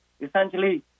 essentially